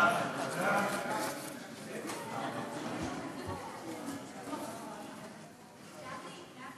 ההצעה להעביר את הצעת חוק מגבלות על חזרתו של עבריין מין לסביבת נפגע